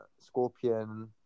scorpion